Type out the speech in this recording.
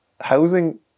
housing